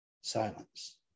Silence